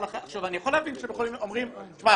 אני יכול להבין שהם אומרים: שמע,